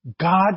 God